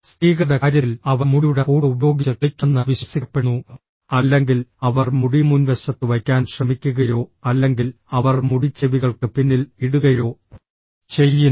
സ്ത്രീകളുടെ കാര്യത്തിൽ അവർ മുടിയുടെ പൂട്ട് ഉപയോഗിച്ച് കളിക്കുമെന്ന് വിശ്വസിക്കപ്പെടുന്നു അല്ലെങ്കിൽ അവർ മുടി മുൻവശത്ത് വയ്ക്കാൻ ശ്രമിക്കുകയോ അല്ലെങ്കിൽ അവർ മുടി ചെവികൾക്ക് പിന്നിൽ ഇടുകയോ ചെയ്യുന്നു